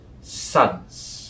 sons